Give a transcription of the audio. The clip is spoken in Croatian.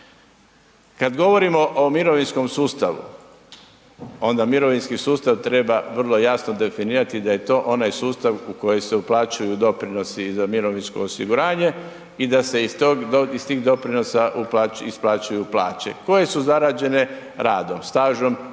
Kad govorimo o mirovinskom sustavu, onda mirovinski sustav treba vrlo jasno definirati da je to onaj sustav u koji se uplaćuju doprinosi i za mirovinsko osiguranje i da se iz tih doprinosa isplaćuju plaće koje su zarađene radom, stažom